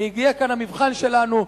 הגיע כאן המבחן שלנו.